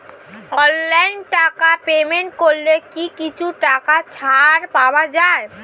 অনলাইনে টাকা পেমেন্ট করলে কি কিছু টাকা ছাড় পাওয়া যায়?